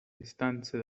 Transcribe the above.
distanze